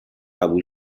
قبول